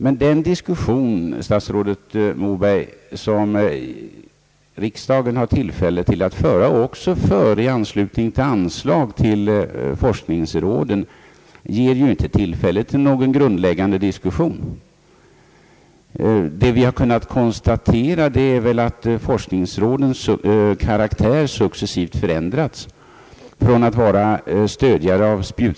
Men den diskussion, statsrådet Moberg, som riksdagen har tillfälle att föra och också för i anslutning till anslag till forskningsråden, ger ju inte tillfälle till någon grundläggande diskussion. Vad vi kunnat konstatera är väl att forskningsråden successivt förändrat karaktär från att vara stödjare av spjut Ang.